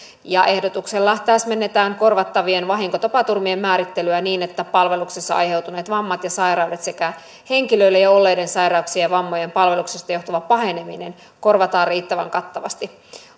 ehdotuksella täsmennetään korvattavien vahinkotapaturmien määrittelyä niin että palveluksessa aiheutuneet vammat ja sairaudet sekä henkilöllä jo olleiden sairauksien ja vammojen palveluksesta johtuva paheneminen korvataan riittävän kattavasti